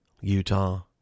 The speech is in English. Utah